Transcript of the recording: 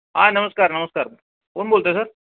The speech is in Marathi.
हां नमस्कार नमस्कार कोण बोलत आहे सर